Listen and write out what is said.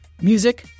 Music